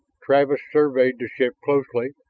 travis surveyed the ship closely,